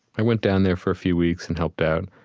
i went down there for a few weeks and helped out.